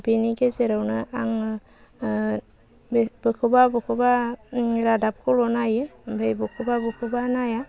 बेनि गेजेरावनो आङो बे बबेखौबा बबेखौबा उम रादाबखौल' नायो ओमफ्राय बबेखौबा बबेखौबा नाया